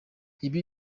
ibi